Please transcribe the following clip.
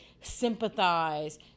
sympathize